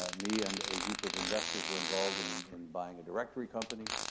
ah me and a group of investors were involved in in buying a directory company.